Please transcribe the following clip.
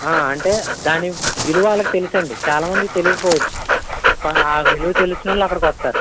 అంటే దాని విలువ వాళ్ళకి తెలుసు అండి చాలామందికి తెలియకపోవచ్చు ఆ విలువ తెలిసిన వాళ్ళు అక్కడికి వస్తారు